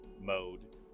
mode